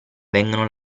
vengono